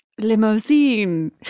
Limousine